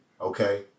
okay